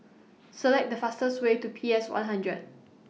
Select The fastest Way to P S one hundred